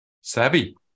savvy